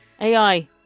AI